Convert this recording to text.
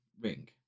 Ring